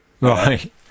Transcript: Right